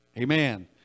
Amen